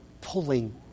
pulling